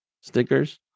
stickers